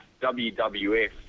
WWF